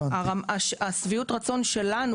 השביעות רצון שלנו,